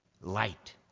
light